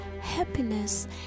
happiness